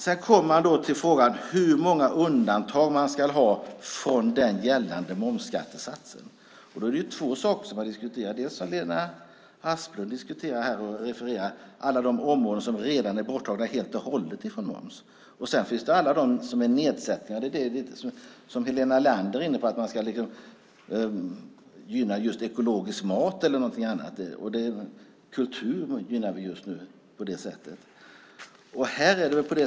Sedan kommer man till frågan hur många undantag man ska ha från den gällande momsskattesatsen. Det är två saker som har diskuterats. Lena Asplund diskuterar här och refererar till alla de områden som redan är borttagna helt och hållet från moms. Sedan finns det de med nedsättningar. Helena Leander är inne på att man ska gynna just ekologisk mat eller någonting annat, och kultur gynnar vi just nu på det sättet. Fru talman!